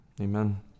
Amen